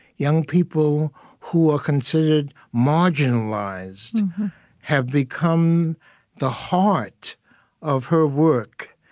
young people who were considered marginalized have become the heart of her work,